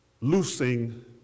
loosing